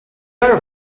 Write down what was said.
are